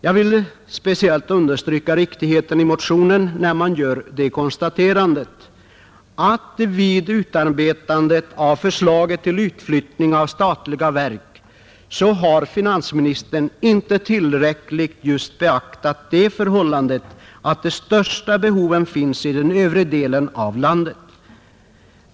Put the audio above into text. Jag vill understryka riktigheten i konstaterandet i motionen att finansministern vid utarbetandet av förslaget till utflyttning av statliga verk inte tillräckligt har beaktat det förhållandet att de största behoven finns i övre delen av landet.